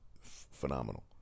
phenomenal